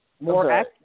more